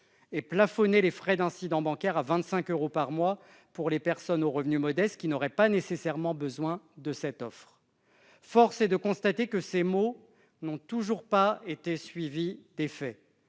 ; plafonner les frais d'incidents bancaires à 25 euros par mois pour les personnes aux revenus modestes n'ayant pas nécessairement besoin de l'offre. Force est de constater que ces mots n'ont toujours pas été suivis d'effets.